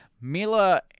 Mila